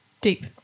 Deep